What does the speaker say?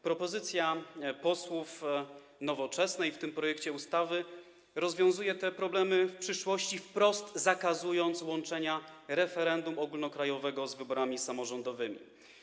Propozycja posłów Nowoczesnej w tym projekcie ustawy rozwiązuje te problemy w przyszłości, wprost zakazując łączenia referendum ogólnokrajowego z wyborami samorządowymi.